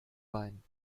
bein